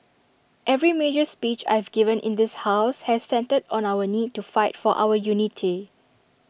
every major speech I've given in this house has centred on our need to fight for our unity